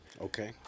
Okay